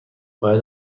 باید